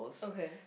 okay